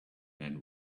man